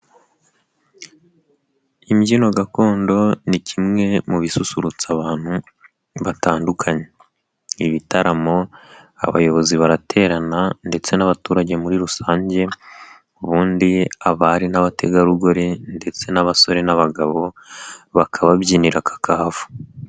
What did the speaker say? Imbyino gakondo ni kimwe mu bisusurutsa abantu batandukanye, ibitaramo abayobozi baraterana ndetse n'abaturage muri rusange ubundi abari n'abategarugori ndetse n'abasore n'abagabo bakababyinira kakahava.